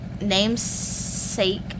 namesake